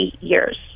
years